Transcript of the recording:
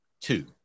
two